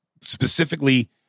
specifically